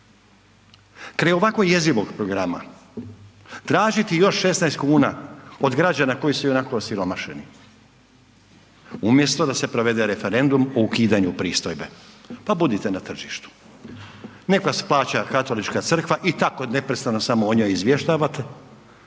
Kraj ovako jezivog programa, tražiti još 16 kuna od građana koji su ionako osiromašeni, umjesto da se provede referendum o ukidanju pristojbe, pa budite na tržištu. Nek vas plaća katolička Crkva, i tako neprestano samo o njoj izvještavate.